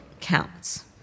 counts